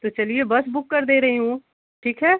तो चलिए bus book कर दे रही हूँ ठीक है